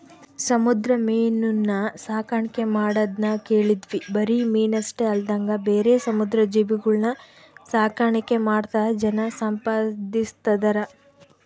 ಸಮುದ್ರ ಮೀನುನ್ನ ಸಾಕಣ್ಕೆ ಮಾಡದ್ನ ಕೇಳಿದ್ವಿ ಬರಿ ಮೀನಷ್ಟೆ ಅಲ್ದಂಗ ಬೇರೆ ಸಮುದ್ರ ಜೀವಿಗುಳ್ನ ಸಾಕಾಣಿಕೆ ಮಾಡ್ತಾ ಜನ ಸಂಪಾದಿಸ್ತದರ